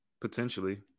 Potentially